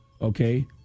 okay